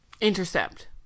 Intercept